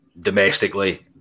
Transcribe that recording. domestically